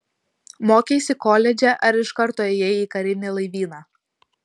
mokeisi koledže ar iš karto ėjai į karinį laivyną